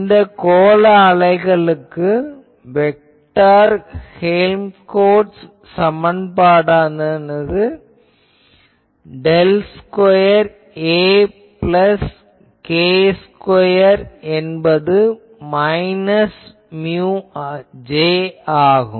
இந்த கோள அலைகளுக்கு வெக்டார் ஹேல்ம்கோல்ட்ஸ் சமன்பாடானது del square A plus k square என்பது மைனஸ் மியு J ஆகும்